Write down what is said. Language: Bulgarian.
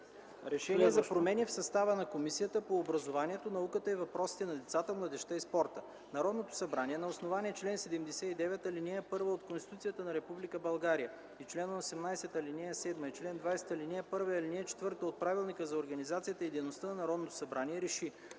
„РЕШЕНИЕ за промени в състава на Комисията по образованието, науката и въпросите на децата, младежта и спорта Народното събрание на основание чл. 79, ал. 1 от Конституцията на Република България и чл. 18, ал. 7 и чл. 20, ал. 1 и ал. 4 от Правилника за организацията и дейността на Народното събрание РЕШИ: